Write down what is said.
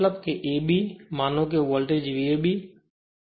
મતલબ કે ab માનો વોલ્ટેજ v a b